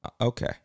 Okay